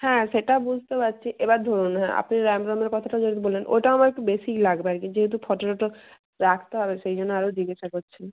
হ্যাঁ সেটা বুঝতে পাচ্ছি এবার ধরুন হ্যাঁ আপনি র্যাম রমের কথাটা যে বললেন ওটাও আমার একটু বেশিই লাগবে আর কি যেহেতু ফটো টটো রাখতে হবে সেই জন্য আরো জিজ্ঞাসা করছি